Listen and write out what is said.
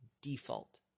default